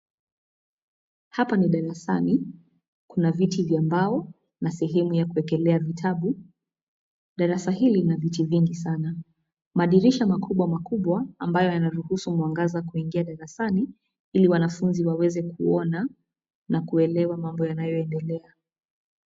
Hapa ni darasani, kuna viti vya mbao na sehemu ya kuekelea vitabu. Darasa hili lina viti vingi sana. Madirisha makubwa makubwa ambayo yanaruhusu mwangaza kuingia darasani ili wanafunzi waweze kuona na kuelewa mambo yanayoendelea.